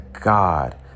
God